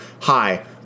hi